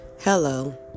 Hello